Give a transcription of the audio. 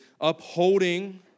upholding